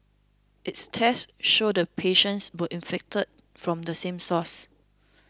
its tests showed the patients were infected from the same source